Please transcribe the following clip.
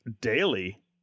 daily